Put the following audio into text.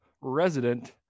resident